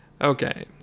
Okay